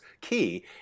key